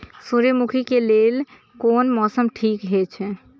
सूर्यमुखी के लेल कोन मौसम ठीक हे छे?